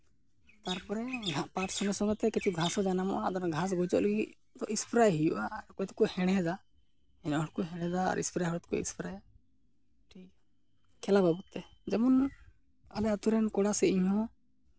ᱛᱟᱨᱯᱚᱨᱮ ᱦᱟᱸᱜ ᱯᱟᱴ ᱥᱚᱸᱜᱮ ᱥᱚᱸᱜᱮ ᱛᱮ ᱠᱤᱪᱷᱩ ᱜᱷᱟᱥ ᱦᱚᱸ ᱡᱟᱱᱟᱢᱚᱜᱼᱟ ᱟᱫᱚ ᱚᱱᱟ ᱜᱷᱟᱥ ᱜᱚᱡᱚᱜ ᱞᱟᱹᱜᱤᱫ ᱛᱳ ᱥᱯᱨᱮᱭ ᱦᱩᱭᱩᱜᱼᱟ ᱚᱠᱚᱭ ᱫᱚᱠᱚ ᱦᱮᱲᱦᱮᱫᱼᱟ ᱦᱮᱲᱦᱮᱫ ᱦᱚᱲ ᱫᱚᱠᱚ ᱦᱮᱲᱦᱮᱫᱼᱟ ᱟᱨ ᱥᱯᱨᱮ ᱦᱚᱲ ᱫᱚᱠᱚ ᱥᱯᱨᱮᱭᱟ ᱴᱷᱤᱠ ᱠᱷᱮᱞᱟ ᱵᱟᱵᱚᱫ ᱛᱮ ᱡᱮᱢᱚᱱ ᱟᱞᱮ ᱟᱛᱳ ᱨᱮᱱ ᱠᱚᱲᱟ ᱥᱮ ᱤᱧ ᱦᱚᱸ